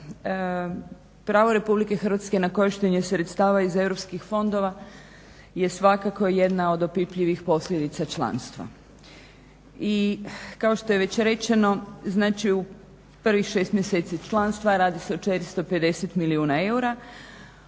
pravo RH na korištenje sredstava iz europskih fondova je svakako jedna od opipljivih posljedica članstva. I kao što je već rečeno znači u prvih 6 mjeseci članstva radi se o 450 milijuna eura